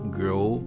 grow